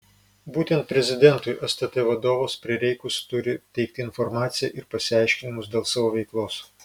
būtent prezidentui stt vadovas prireikus turi teikti informaciją ir pasiaiškinimus dėl savo veiklos